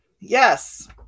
Yes